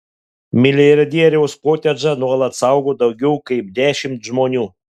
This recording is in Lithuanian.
milijardieriaus kotedžą nuolat saugo daugiau kaip dešimt žmonių